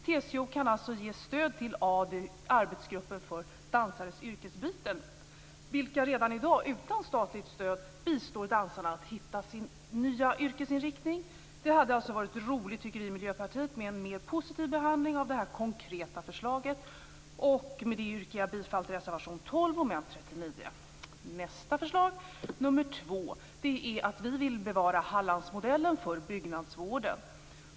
TCO kan alltså ge stöd till arbetsgruppen för dansares yrkesbyten, vilken redan i dag, utan statligt stöd, bistår dansarna med att hitta sin nya yrkesinriktning. Det hade alltså varit roligt, tycker vi i Miljöpartiet, med en mer positiv behandling av detta konkreta förslag. Med det yrkar jag bifall till reservation 12, mom. 39. För det andra vill vi bevara Hallandsmodellen för byggnadsvården.